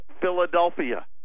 Philadelphia